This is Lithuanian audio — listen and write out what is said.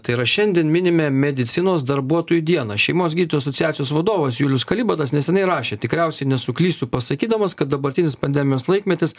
tai yra šiandien minime medicinos darbuotojų dieną šeimos gydytojų asociacijos vadovas julius kalibatas neseniai rašė tikriausiai nesuklysiu pasakydamas kad dabartinis pandemijos laikmetis